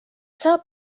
saab